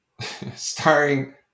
Starring